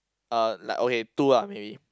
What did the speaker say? uh like okay two ah maybe